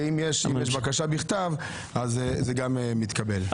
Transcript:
אם יש בקשה בכתב אז זה גם מתקבל.